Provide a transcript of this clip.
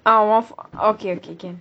ah okay okay can